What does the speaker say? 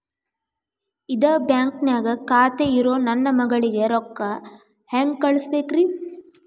ಇದ ಬ್ಯಾಂಕ್ ನ್ಯಾಗ್ ಖಾತೆ ಇರೋ ನನ್ನ ಮಗಳಿಗೆ ರೊಕ್ಕ ಹೆಂಗ್ ಕಳಸಬೇಕ್ರಿ?